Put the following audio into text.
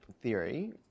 theory